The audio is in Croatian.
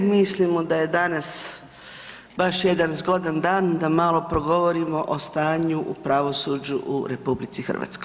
Mislimo da je danas baš jedan zgodan dan da malo progovorimo o stanju u pravosuđu u RH.